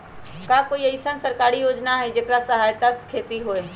का कोई अईसन सरकारी योजना है जेकरा सहायता से खेती होय?